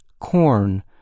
corn